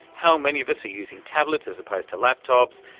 how many of us are using tablets as opposed to laptops?